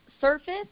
surface